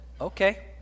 okay